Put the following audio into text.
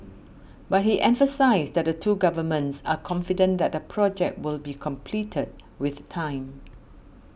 but he emphasised that the two governments are confident that the project will be completed with time